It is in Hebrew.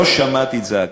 לא שמעתי את זעקתכם,